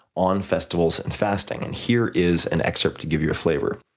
on festivals and fasting. and, here is an excerpt to give you a flavor.